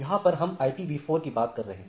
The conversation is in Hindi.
यहां पर हम ipv4 की बात कर रहे हैं